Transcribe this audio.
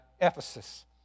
Ephesus